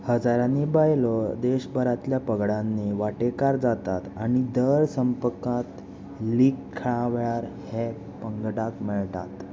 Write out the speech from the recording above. हजारांनी बायलो देश भरांतल्या पंगडांनी वांटेकार जातात आनी दर सप्तकात लीग खेळां वेळार हेर पंगडांक मेळटात